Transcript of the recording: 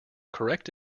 correct